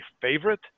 favorite